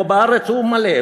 פה, בארץ, הוא מלא.